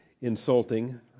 insulting